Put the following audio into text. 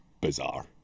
bizarre